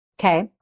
Okay